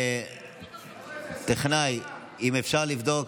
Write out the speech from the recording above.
התשפ"ג 2023, לדיון